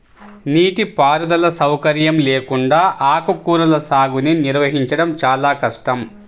నీటిపారుదల సౌకర్యం లేకుండా ఆకుకూరల సాగుని నిర్వహించడం చాలా కష్టం